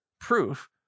proof